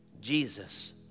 Jesus